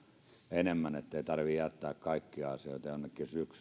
enemmän eikä tarvitse jättää kaikkia asioita jonnekin syksylle